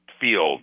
field